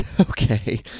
Okay